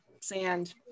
sand